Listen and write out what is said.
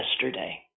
yesterday